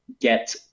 get